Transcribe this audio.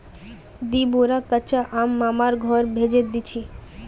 दी बोरा कच्चा आम मामार घर भेजे दीछि